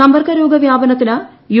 സമ്പർക്ക രോഗ വ്യാപനത്തിന് യു